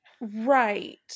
Right